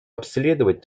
обследовать